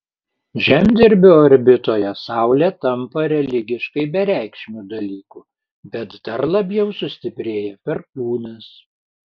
žemdirbio orbitoje saulė tampa religiškai bereikšmiu dalyku bet dar labiau sustiprėja perkūnas